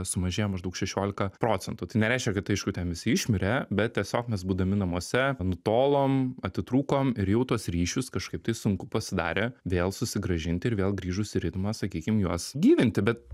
sumažėjo maždaug šešiolika procentų tai nereiškia kad aišku ten visi išmirė bet tiesiog mes būdami namuose nutolom atitrūkom ir jau tuos ryšius kažkaip tai sunku pasidarė vėl susigrąžinti ir vėl grįžus į ritmą sakykim juos gyvinti bet